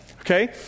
Okay